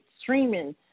streaming